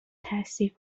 تاثیر